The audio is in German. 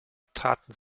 taten